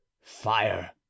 fire